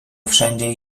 wszędzie